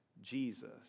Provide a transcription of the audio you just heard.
Jesus